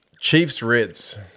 Chiefs-Reds